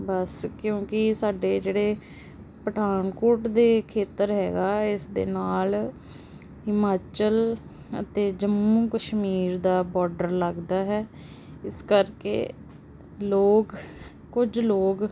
ਬਸ ਕਿਉਂਕਿ ਸਾਡੇ ਜਿਹੜੇ ਪਠਾਨਕੋਟ ਦੇ ਖੇਤਰ ਹੈਗਾ ਇਸ ਦੇ ਨਾਲ ਹਿਮਾਚਲ ਅਤੇ ਜੰਮੂ ਕਸ਼ਮੀਰ ਦਾ ਬਾਰਡਰ ਲੱਗਦਾ ਹੈ ਇਸ ਕਰਕੇ ਲੋਕ ਕੁਝ ਲੋਕ